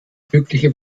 glückliche